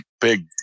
big